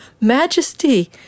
majesty